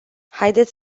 haideți